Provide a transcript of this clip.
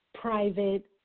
private